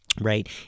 right